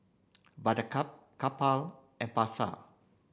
Buttercup Kappa and Pasar